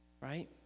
Right